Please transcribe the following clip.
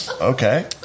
okay